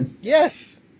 yes